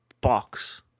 box